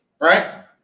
right